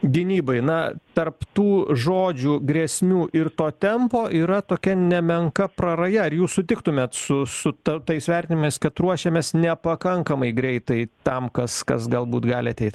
gynybai na tarp tų žodžių grėsmių ir to tempo yra tokia nemenka praraja ar jūs sutiktumėt su su tartais vertinimas kad ruošiamės nepakankamai greitai tam kas kas galbūt gali ateit